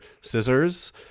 scissors